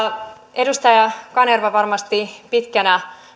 edustaja kanerva varmasti pitkään